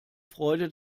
freude